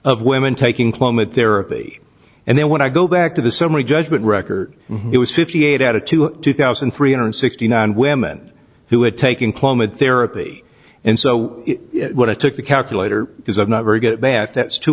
of women taking clomid therapy and then when i go back to the summary judgment record it was fifty eight out of to two thousand three hundred sixty nine women who had taken clomid therapy and so what i took the calculator is i'm not very good at math that's two